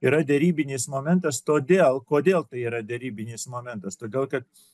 yra derybinis momentas todėl kodėl tai yra derybinis momentas todėl kad